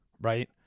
Right